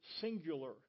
singular